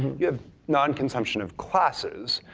you have non-consumption of classes.